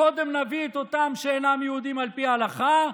קודם נביא את אותם שאינם יהודים על פי ההלכה,